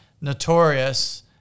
notorious